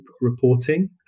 reporting